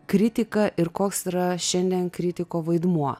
kritika ir koks yra šiandien kritiko vaidmuo